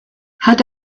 had